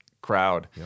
crowd